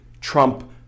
Trump